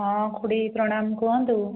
ହଁ ଖୁଡ଼ୀ ପ୍ରଣାମ୍ କୁହନ୍ତୁ